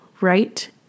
right